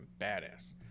Badass